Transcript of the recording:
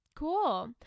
Cool